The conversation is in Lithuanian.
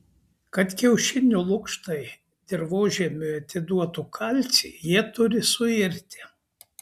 kad kiaušinio lukštai dirvožemiui atiduotų kalcį jie turi suirti